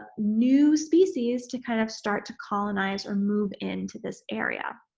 new species to kind of start to colonize or move into this area.